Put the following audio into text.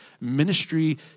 ministry